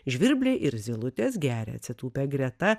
žvirbliai ir zylutės geria atsitūpę greta